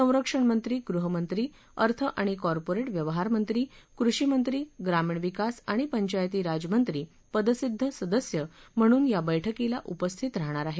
संरक्षणमंत्री गृहमंत्री अर्थ आणि कॉर्पोरेट व्यवहारमंत्री कृषीमंत्री ग्रामीण विकास आणि पंचायती राजमंत्री पदसिद्ध सदस्य म्हणून याबैठकीला उपस्थित राहणार आहेत